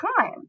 time